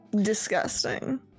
Disgusting